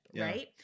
right